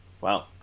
Wow